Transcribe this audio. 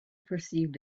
perceived